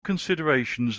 considerations